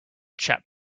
chap